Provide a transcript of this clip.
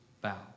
bow